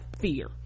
fear